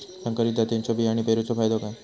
संकरित जातींच्यो बियाणी पेरूचो फायदो काय?